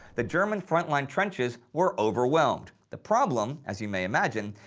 the german front line trenches were overwhelmed. the problem, as you may imagine,